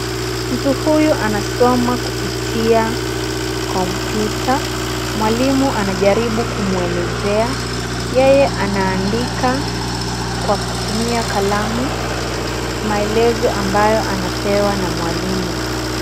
Mtu huyu anasoma kupitia kompyuta. Mwalimu anajaribu kumwelezea, yeye anaandika kwa kutumia kalamu, maelezo ambayo anapewa na mwalimu.